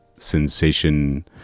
sensation